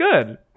good